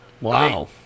Wow